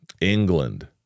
England